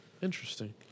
Interesting